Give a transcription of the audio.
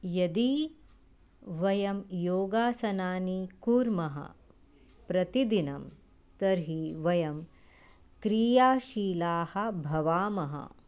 यदि वयं योगासनानि कुर्मः प्रतिदिनं तर्हि वयं क्रियाशीलाः भवामः